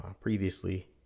previously